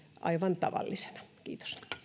aivan tavallisena kiitos